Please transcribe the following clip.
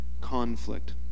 conflict